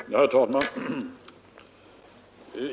Herr talman!